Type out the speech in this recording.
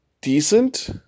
decent